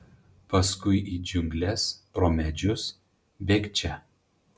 paskui į džiungles pro medžius bėgčia